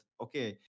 okay